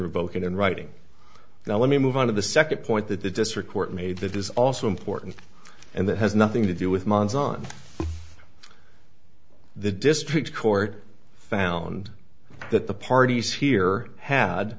revoke it in writing now let me move on to the second point that the district court made that is also important and that has nothing to do with months on the district court found that the parties here had